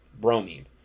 bromine